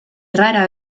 rara